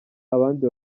abandi